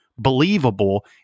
believable